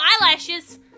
eyelashes